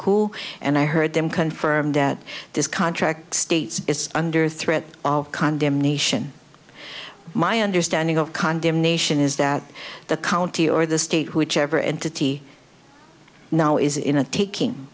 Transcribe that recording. cool and i heard them confirm that this contract states is under threat of condemnation my understanding of condemnation is that the county or the state which ever entity now is in a taking